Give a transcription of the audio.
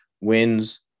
wins